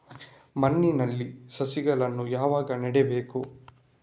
ಮಣ್ಣಿನಲ್ಲಿ ಸಸಿಗಳನ್ನು ಯಾವಾಗ ನೆಡಬೇಕು?